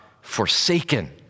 forsaken